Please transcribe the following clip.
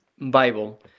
Bible